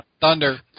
thunder